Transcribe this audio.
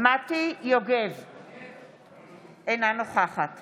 אינה נוכחת